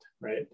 right